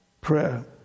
Prayer